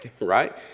right